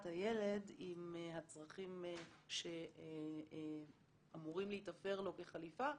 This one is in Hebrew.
הילד עם הצרכים שאמורים להיתפר לו כחליפה,